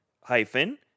hyphen